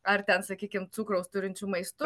ar ten sakykim cukraus turinčiu maistu